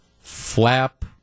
flap